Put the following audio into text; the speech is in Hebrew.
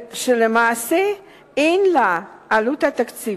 שלמעשה אין לה עלות תקציבית,